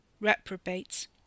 Reprobates